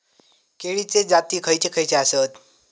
केळीचे जाती खयचे खयचे आसत?